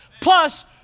plus